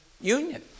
Union